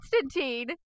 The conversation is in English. Constantine